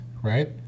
right